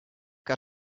got